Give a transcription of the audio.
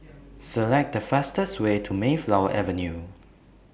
Select The fastest Way to Mayflower Avenue